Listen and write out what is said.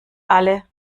alle